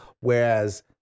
Whereas